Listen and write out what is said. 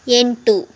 ಎಂಟು